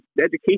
education